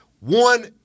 one